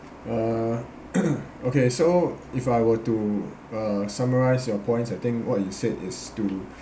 uh okay so if I were to uh summarise your points I think what you said is to